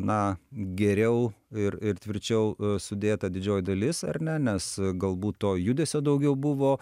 na geriau ir ir tvirčiau sudėta didžioji dalis ar ne nes galbūt to judesio daugiau buvo